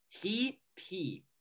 T-P